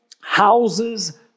houses